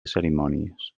cerimònies